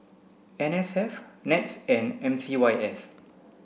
N S F NETS and M C Y S